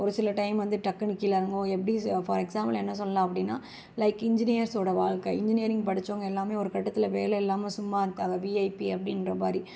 ஒருசில டைம் வந்து டக்குன்னு கீழே இறங்கும் எப்படி ச ஃபார் எக்ஸாம்புள் என்ன சொல்லலாம் அப்படின்னா லைக் இன்ஜினியர்ஸோட வாழ்க்கை இன்ஜினியரிங் படிச்சவங்கள் எல்லாமே ஒருக்கட்டத்தில் வேலை இல்லாமல் சும்மா இருக்காங்கள் விஐபி அப்படின்றமாரி